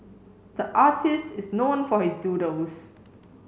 the artist is known for his doodles